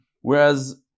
Whereas